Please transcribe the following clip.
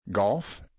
Golf